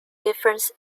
difference